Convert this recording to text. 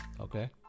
Okay